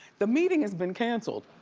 the meeting has been canceled.